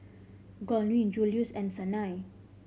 Gwyn Juluis and Sanai